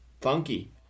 Funky